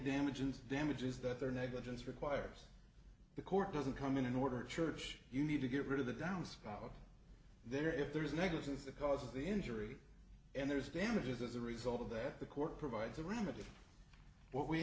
damage and damages that their negligence requires the court doesn't come in and order church you need to get rid of the downspout there if there is negligence that causes the injury and there's damages as a result of that the court provides a remedy what we